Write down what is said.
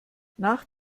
nach